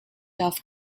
darf